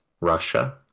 Russia